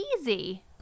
easy